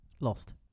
Lost